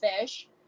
fish